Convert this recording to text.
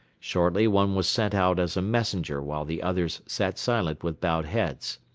shortly one was sent out as a messenger while the others sat silent with bowed heads.